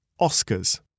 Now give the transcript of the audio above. Oscars